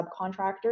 subcontractors